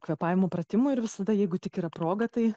kvėpavimo pratimų ir visada jeigu tik yra proga tai